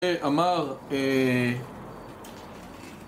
זה אמר, אהההה